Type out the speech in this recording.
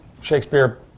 Shakespeare